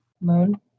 Moon